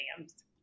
exams